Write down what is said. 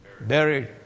Buried